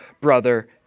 brother